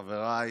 חבריי,